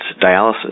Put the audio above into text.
dialysis